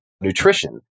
nutrition